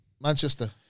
Manchester